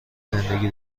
زندگی